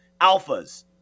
alphas